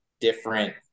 different